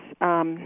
yes